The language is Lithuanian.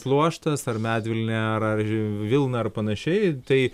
pluoštas ar medvilnė ar ar vilna ar panašiai tai